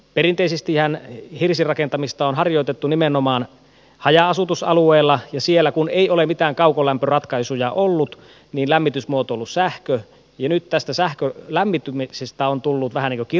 perinteisestihän hirsirakentamista on harjoitettu nimenomaan haja asutusalueella ja siellä kun ei ole mitään kaukolämpöratkaisuja ollut niin lämmitysmuoto on ollut sähkö ja nyt tästä sähkölämmityksestä on tullut vähän niin kuin kirosana